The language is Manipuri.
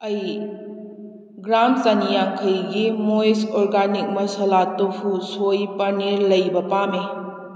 ꯑꯩ ꯒ꯭ꯔꯥꯝ ꯆꯅꯤꯌꯥꯡꯈꯩꯒꯤ ꯃꯣꯏꯁ ꯑꯣꯔꯒꯥꯅꯤꯛ ꯃꯁꯥꯂꯥ ꯇꯨꯐꯨ ꯁꯣꯏ ꯄꯅꯤꯔ ꯂꯩꯕ ꯄꯥꯝꯏ